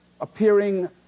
appearing